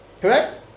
Correct